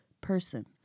person